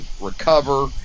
recover